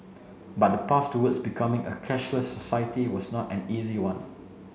but the path towards becoming a cashless society was not an easy one